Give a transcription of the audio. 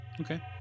Okay